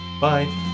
Bye